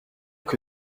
que